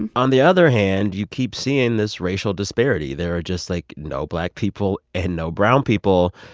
and on the other hand, you keep seeing this racial disparity. there are just, like, no black people and no brown people.